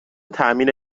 تأمین